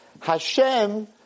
Hashem